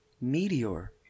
Meteor